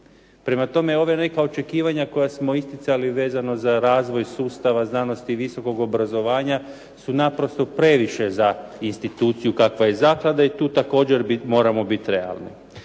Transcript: Prema tome, ova neka očekivanja koja smo isticali vezano za razvoj sustava znanosti, visokog obrazovanja su naprosto previše za instituciju kakva je zaklada i tu također moramo bit realni.